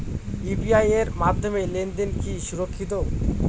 UPI এর মাধ্যমে লেনদেন কি সুরক্ষিত?